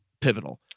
pivotal